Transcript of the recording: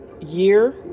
year